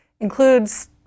includes